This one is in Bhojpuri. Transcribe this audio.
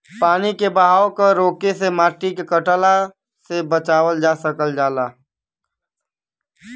पानी के बहाव क रोके से माटी के कटला से बचावल जा सकल जाला